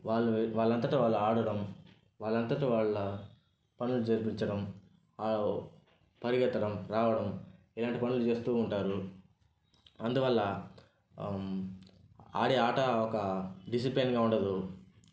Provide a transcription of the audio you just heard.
వాళ్ళు వే వాళ్ళంతట వాళ్ళు ఆడడం వాళ్ళంతట వాళ్ళ పనులు జరిపించడం పరిగెత్తడం రావడం ఇలాంటి పనులు చేస్తూ ఉంటారు అందువల్ల ఆడే ఆట ఒక డిసిప్లయిన్గా ఉండదు